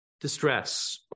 distress